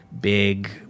big